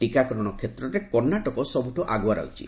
ଟିକାକରଣ କ୍ଷେତ୍ରରେ କର୍ଣ୍ଣାଟକ ସବୁଠୁ ଆଗୁଆ ରହିଛି